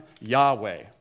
Yahweh